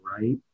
right